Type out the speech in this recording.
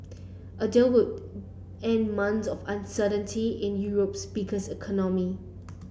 a deal would end months of uncertainty in Europe's biggest economy